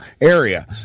area